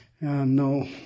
No